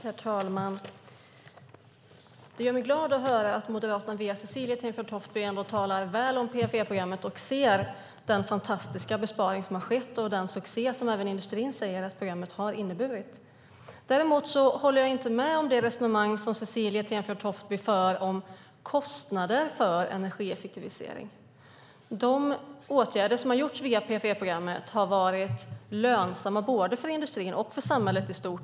Herr talman! Det gör mig glad att Moderaterna via Cecilie Tenfjord-Toftby talar väl om PFE-programmet och ser den fantastiska besparing som har skett och den succé som även industrin säger att programmet inneburit. Däremot instämmer jag inte i det resonemang som Cecilie Tenfjord-Toftby för om kostnader för energieffektivisering. De åtgärder som vidtagits via PFE-programmet har varit lönsamma både för industrin och för samhället i stort.